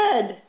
good